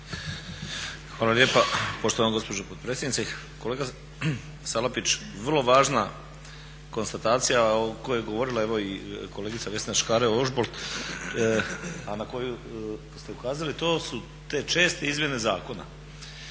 Hvala lijepa poštovana gospođo potpredsjednice. Kolega Salapić vrlo važna konstatacija o kojoj je govorila evo i kolegica Vesna Škare-Ožbolt a na koju ste ukazali to su te česte izmjene zakona.